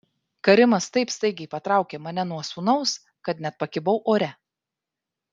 karimas taip staigiai patraukė mane nuo sūnaus kad net pakibau ore